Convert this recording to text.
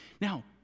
Now